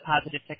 positive